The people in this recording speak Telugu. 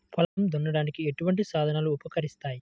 పొలం దున్నడానికి ఎటువంటి సాధనలు ఉపకరిస్తాయి?